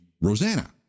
Rosanna